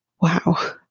Wow